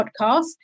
podcast